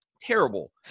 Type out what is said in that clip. Terrible